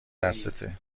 دستته